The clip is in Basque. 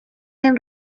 ren